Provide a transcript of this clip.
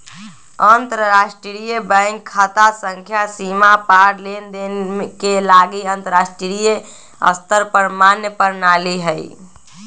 अंतरराष्ट्रीय बैंक खता संख्या सीमा पार लेनदेन के लागी अंतरराष्ट्रीय स्तर पर मान्य प्रणाली हइ